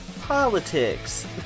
politics